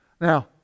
Now